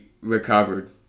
recovered